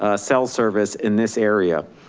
ah cell service in this area.